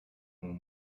ont